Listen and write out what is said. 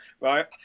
right